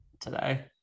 today